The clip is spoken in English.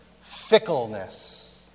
Fickleness